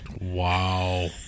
Wow